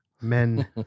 Men